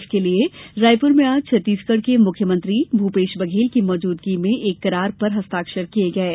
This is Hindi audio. इसके लिए रायपुर में आज छत्तीसगढ़ के मुख्यमंत्री भूपेश बघेल की मौजूदगी में एक करार पर हस्ताक्षर किये गये